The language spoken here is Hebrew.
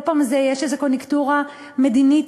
כל פעם יש איזו קוניוקטורה מדינית